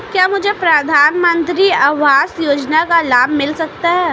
क्या मुझे प्रधानमंत्री आवास योजना का लाभ मिल सकता है?